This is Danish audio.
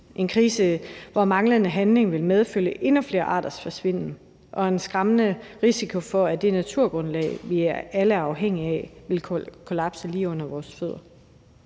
en krise, hvor manglende handling vil medføre endnu flere arters forsvinden, og der er en skræmmende risiko for, at det naturgrundlag, vi alle er afhængige af, vil kollapse lige under vores fødder.